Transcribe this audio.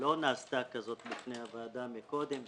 לא נעשתה כזאת בפני הוועדה מקודם,